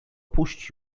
puść